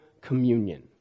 communion